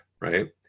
right